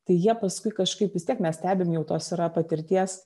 tai jie paskui kažkaip vis tiek mes stebim jau tos yra patirties